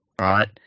right